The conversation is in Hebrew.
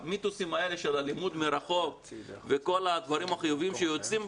המיתוסים האלה של הלימוד מרחוק וכל הדברים החיוביים שיוצאים,